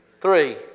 Three